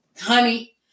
honey